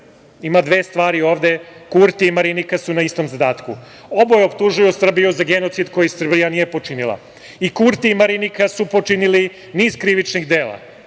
ima dve stvari ovde - Kurti i Marinika su na istom zadatku. Oboje optužuju Srbiju za genocid koji Srbija nije počinila. I Kurti i Marinika su počinili niz krivičnih dela.